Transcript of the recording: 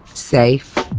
safe,